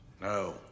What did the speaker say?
No